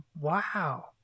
Wow